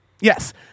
Yes